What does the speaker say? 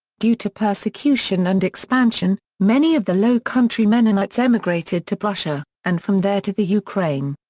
due to persecution and expansion, many of the low country mennonites emigrated to prussia, and from there to the ukraine.